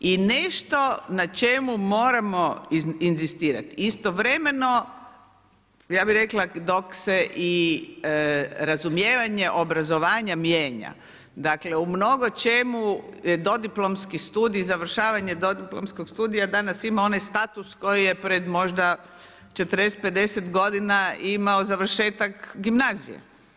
I nešto na čemu moramo inzistirat, istovremeno ja bih rekla dok se i razumijevanje obrazovanja mijenja dakle u mnogo čemu dodiplomski studij i završavanje dodiplomskog studija danas ima onaj status koji je pred možda 40, 50 godina imao završetak gimnazije.